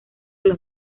los